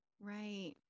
right